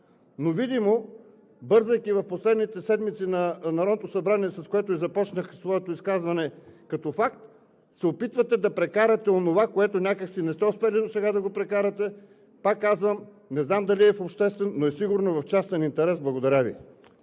Но видимо, бързайки в последните седмици на Народното събрание, с което и започнах своето изказване, се опитвате да прекарате онова, което някак си не сте успели досега да го прекарате. Пак казвам, не знам дали е в обществен, но сигурно е в частен интерес. Благодаря Ви.